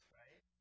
right